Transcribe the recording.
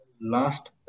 last